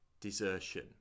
desertion